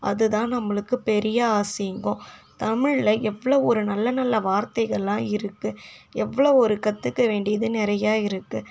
அது தான் நம்மளுக்கு பெரிய அசிங்கம் தமிழில் எவ்வளோ ஒரு நல்ல நல்ல வார்த்தைகள்லாம் இருக்கு எவ்வளோ ஒரு கற்றுக்க வேண்டியது நிறையா இருக்கு